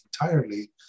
entirely